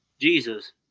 Jesus